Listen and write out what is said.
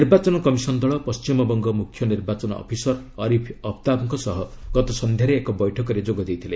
ନିର୍ବାଚନ କମିଶନ୍ ଦଳ ପଣ୍ଢିମବଙ୍ଗ ମୁଖ୍ୟ ନିର୍ବାଚନ ଅଫିସର୍ ଅରିଫ୍ ଅଫ୍ତାବ୍ଙ୍କ ସହ ଗତ ସନ୍ଧ୍ୟାରେ ଏକ ବୈଠକରେ ଯୋଗ ଦେଇଥିଲେ